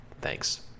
Thanks